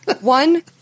One